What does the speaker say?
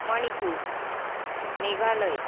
Manipur Meghalaya